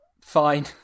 Fine